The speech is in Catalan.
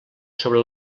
sobre